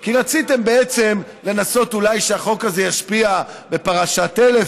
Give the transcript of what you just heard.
כי רציתם בעצם לנסות אולי שהחוק הזה ישפיע בפרשת 1000,